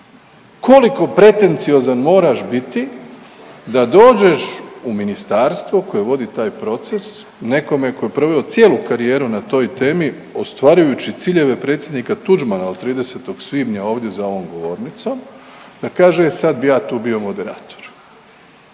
Koliko pretenciozan moraš biti da dođeš u ministarstvo koje vodi taj proces nekome tko je proveo cijelu karijeru na toj temi ostvarujući ciljeve predsjednika Tuđmana od 30. svibnja ovdje za ovom govornicom, da kaže sad bih ja tu bio moderator.